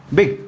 Big